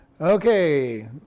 Okay